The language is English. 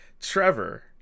Trevor